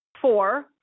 Four